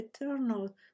eternal